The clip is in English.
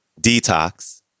Detox